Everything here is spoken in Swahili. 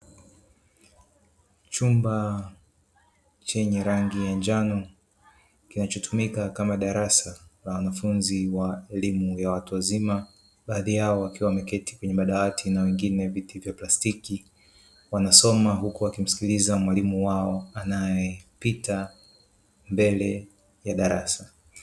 Chumba chenye rangi ya njano kinachotumika kama darasa na wanafunzi wa elimu ya watu wazima baadhi yao wakiwa wameketi kwenye madawati na wengine viti vya plastiki wanasoma, huku wakimsikiliza mwalimu wao anayepita mbele ya darasa.